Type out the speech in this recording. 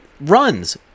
runs